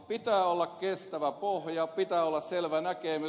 pitää olla kestävä pohja pitää olla selvä näkemys